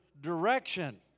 direction